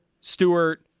Stewart